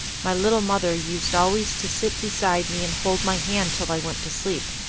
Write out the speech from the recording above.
my little mother used always to sit beside me and hold my hand till i went to sleep.